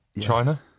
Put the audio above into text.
China